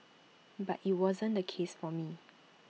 but IT wasn't the case for me